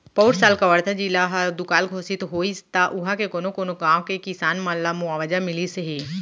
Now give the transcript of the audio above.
पउर साल कवर्धा जिला ह दुकाल घोसित होइस त उहॉं के कोनो कोनो गॉंव के किसान मन ल मुवावजा मिलिस हे